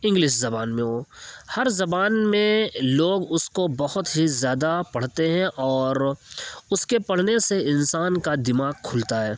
English زبان میں ہو ہر زبان میں لوگ اس کو بہت ہی زیادہ پڑھتے ہیں اور اس کے پڑھنے سے انسان کا دماغ کھلتا ہے